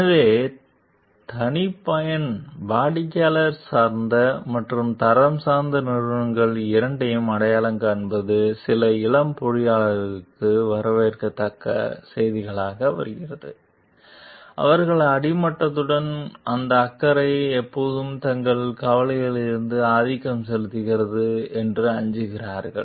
எனவே தனிப்பயன் வாடிக்கையாளர் சார்ந்த மற்றும் தரம் சார்ந்த நிறுவனங்கள் இரண்டையும் அடையாளம் காண்பது சில இளம் பொறியியலாளர்களுக்கு வரவேற்கத்தக்க செய்திகளாக வருகிறது அவர்கள் அடிமட்டத்துடன் அந்த அக்கறை எப்போதும் தங்கள் கவலைகளில் ஆதிக்கம் செலுத்துகிறது என்று அஞ்சுகிறார்கள்